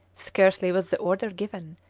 scarcely was the order given,